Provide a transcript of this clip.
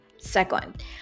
second